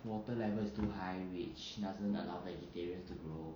water levels too high which doesn't allow vegetarian to grow